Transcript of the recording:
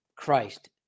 Christ